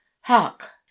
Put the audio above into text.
hark